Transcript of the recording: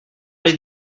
les